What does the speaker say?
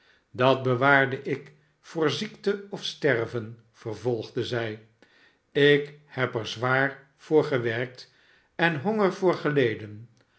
dat bewaarde ik voor ziekte of sterven vervolgde zij ikheb er zwaar voor gewerkt en honger voor geleden